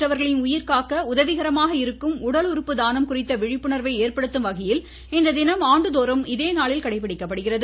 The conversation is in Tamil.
மற்றவர்களின் உயிர் காக்க உதவிகரமாக இருக்கும் உடல் உறுப்பு தானம் குறித்த விழிப்புணர்வை ஏற்படுத்தும்வகையில் இந்த தினம் ஆண்டுதோறும் இதேநாளில் கடைபிடிக்கப்படுகிறது